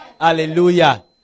Hallelujah